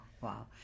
wow